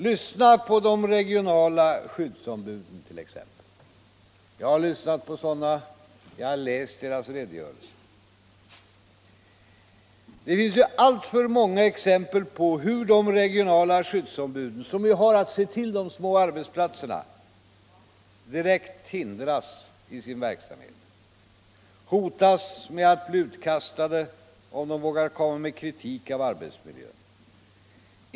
Lyssna på de regionala skyddsombuden, t.ex.! Jag har lyssnat till sådana. Jag har läst deras redogörelser. Det finns alltför många exempel på hur de regionala skyddsombuden, som har att se till de små arbetsplatserna, direkt hindras i sin verksamhet, hotas med att bli utkastade om de vågar föra fram kritik av arbetsmiljön.